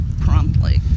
promptly